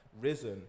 risen